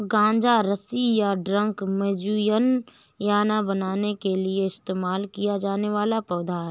गांजा रस्सी या ड्रग मारिजुआना बनाने के लिए इस्तेमाल किया जाने वाला पौधा है